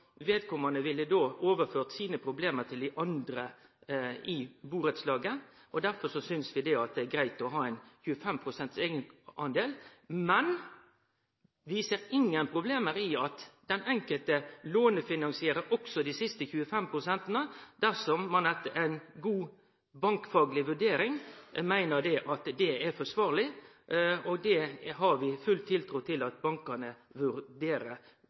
Vedkomande ville overført sine problem til dei andre i burettslaget. Derfor synest vi det er greitt å ha ein eigendel på 25 pst. Men vi ser ingen problem med at den enkelte lånefinansierer også dei siste 25 pst. dersom ein etter ei god bankfagleg vurdering meiner at det er forsvarleg. Vi har full tiltru til at bankane vurderer